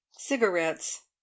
cigarettes